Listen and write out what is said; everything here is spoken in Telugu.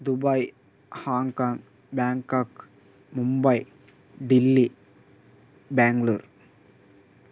Dubai Hong Kong Bangkok Mumbai Delhi Bangalore